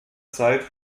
zeit